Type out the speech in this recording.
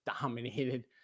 dominated